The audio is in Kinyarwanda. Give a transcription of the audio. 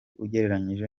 ugereranyije